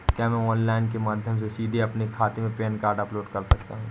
क्या मैं ऑनलाइन के माध्यम से सीधे अपने खाते में पैन कार्ड अपलोड कर सकता हूँ?